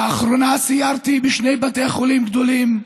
לאחרונה סיירתי בשני בתי חולים גדולים,